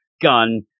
gun